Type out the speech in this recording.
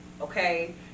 okay